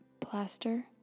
plaster